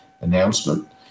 announcement